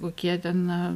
kokie ten